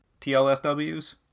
tlsws